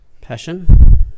passion